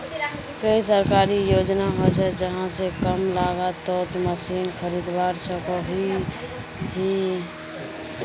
कोई सरकारी योजना होचे जहा से कम लागत तोत मशीन खरीदवार सकोहो ही?